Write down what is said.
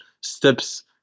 steps